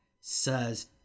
says